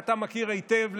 אתה מכיר היטב,